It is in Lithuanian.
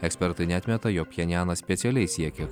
ekspertai neatmeta jog pchenjanas specialiai siekia kad